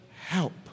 help